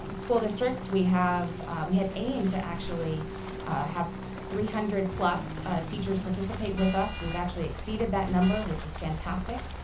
um school districts, we have we have aimed to actually have three hundred plus teachers participate with us. we've actually exceeded that number, which is fantastic.